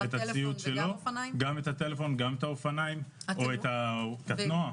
גם את הטלפון, גם את האופניים או את הקטנוע.